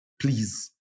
Please